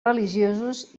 religiosos